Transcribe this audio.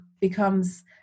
becomes